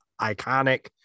iconic